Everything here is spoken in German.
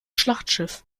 schlachtschiff